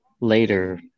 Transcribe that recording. later